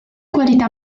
qualità